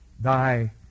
thy